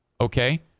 Okay